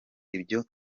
ibyo